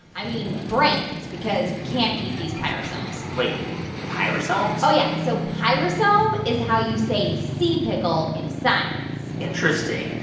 i mean brains because we can't eat these pyrosomes wait pyrosomes? oh, yeah. so pyrosome is how you say sea pickle in science interesting.